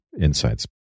insights